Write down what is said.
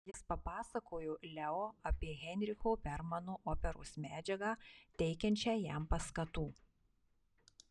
jis papasakojo leo apie heinricho bermano operos medžiagą teikiančią jam paskatų